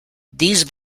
these